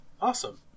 awesome